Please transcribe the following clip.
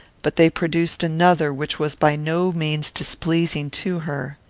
but they produced another which was by no means displeasing to her.